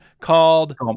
called